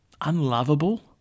unlovable